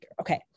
Okay